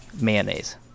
mayonnaise